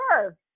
sure